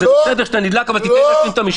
זה בסדר שאתה נדלק אבל תן להשלים את המשפט.